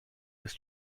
ist